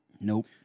Nope